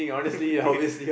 K